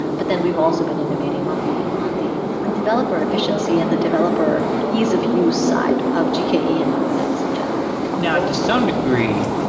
but then we've also been innovating on the on the developer efficiency and the developer ease of use side of gke and kubernetes in general. now, to some degree,